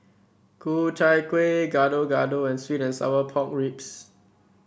Ku Chai Kuih Gado Gado and sweet and Sour Pork Ribs